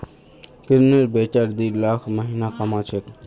किरनेर बेटा दी लाख महीना कमा छेक